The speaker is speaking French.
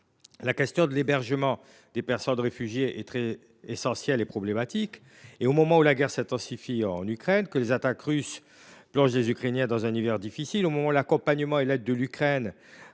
La question de l’hébergement des personnes réfugiées est à la fois essentielle et problématique. Au moment où la guerre s’intensifie en Ukraine, où les attaques russes plongent les Ukrainiens dans une situation difficile,